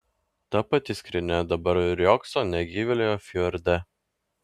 ta pati skrynia dabar riogso negyvėlio fjorde